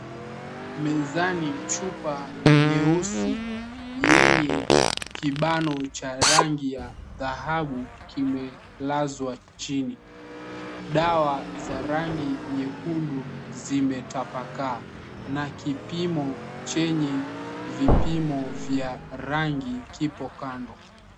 Mezani chupa nyeusi yenye kibano cha rangi ya dhahabu, kimelazwa chini. Dawa za rangi nyekundu zimetapakaa, na kipimo chenye vipimo vya rangi kipo kando.